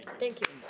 thank you.